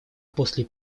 после